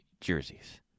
jerseys